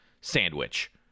sandwich